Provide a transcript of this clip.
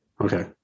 Okay